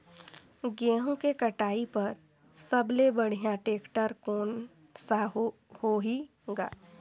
गहूं के कटाई पर सबले बढ़िया टेक्टर कोन सा होही ग?